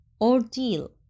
ordeal